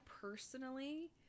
personally